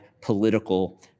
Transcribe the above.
political